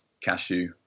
cashew